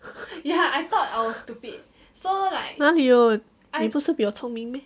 哪里有你不是比我聪明 meh